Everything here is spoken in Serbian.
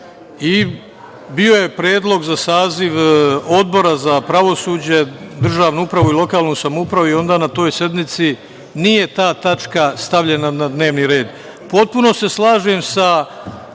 Bio je predlog za saziv Odbora za pravosuđe, državnu upravu i lokalnu samoupravu i onda na toj sednici nije ta tačka stavljena na dnevni red. Potpuno se slažem sa